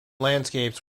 landscapes